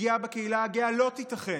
שפגיעה בקהילה הגאה לא תיתכן,